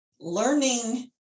learning